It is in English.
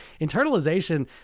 internalization